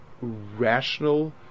rational